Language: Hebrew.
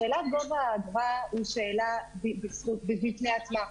שאלת גובה האגרה היא שאלה בפני עצמה.